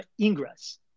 ingress